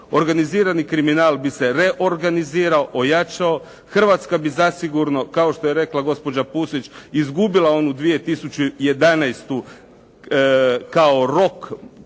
Organizirani kriminal bi se reorganizirao, ojačao, Hrvatska bi zasigurno kao što je rekla gospođa Pusić izgubila onu 2011. kao rok